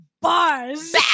bars